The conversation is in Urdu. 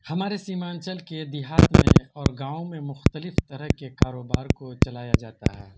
ہمارے سیمانچل کے دیہات میں اور گاؤں میں مختلف طرح کے کاروبار کو چلایا جاتا ہے